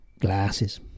glasses